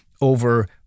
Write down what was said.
over